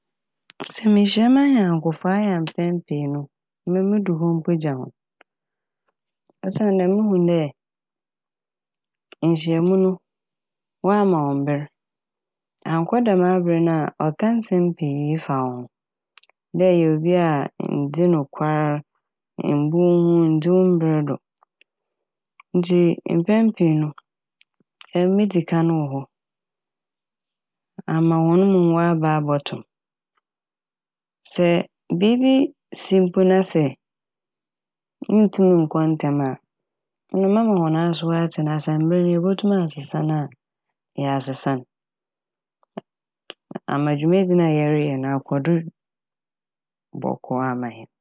Sɛ mehyia m'anyɛnkofo a ɔyɛ mpɛn pii no me modur hɔ gya hɔn osiandɛ me muhu dɛ nhyiamu no ɔama wo mber annkɔ dɛm mber no a ɔka nsɛm pii efa wo ho dɛ eyɛ obi a nndzi nokwar, mmbu wo ho, nndzi wo mber do ntsi mpɛn pii no emi midzi kan wɔ hɔ ama hɔn mom wɔaba abɔto m'. Sɛ biibi si mpo na sɛ munntum nnkɔ ntsɛm a ɔno mɛma hɔn asowa atse na sɛ mber no yebotum asesa no a yɛasesa n' ama dwumadzi no a yereyɛ no akɔ do bɔkɔɔ ama hɛn.